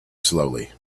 slowly